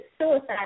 suicide